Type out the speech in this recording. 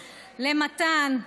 למתן,